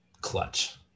clutch